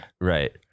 Right